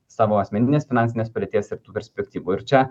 savo asmeninės finansinės padėties ir tų perspektyvų ir čia